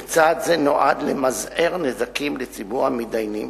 וצעד זה נועד למזער נזקים לציבור המתדיינים,